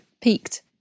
peaked